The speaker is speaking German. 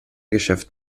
geschäft